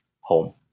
home